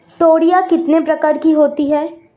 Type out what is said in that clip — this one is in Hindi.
तोरियां कितने प्रकार की होती हैं?